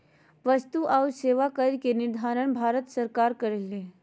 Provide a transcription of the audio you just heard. वस्तु आऊ सेवा कर के निर्धारण भारत सरकार कर रहले हें